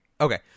Okay